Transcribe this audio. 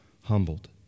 humbled